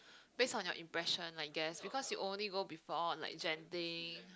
based on your impression I guess because you only go before like Genting